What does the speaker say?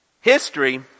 History